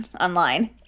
online